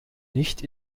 nicht